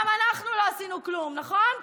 גם אנחנו לא עשינו כלום, נכון?